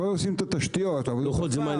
קודם עושים את התשתיות: מים,